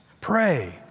Pray